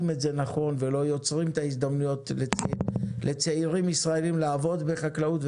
את זה נכון ולא יוצרים הזדמנויות לצעירים ישראלים לעבוד בחקלאות.